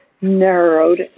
narrowed